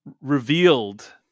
revealed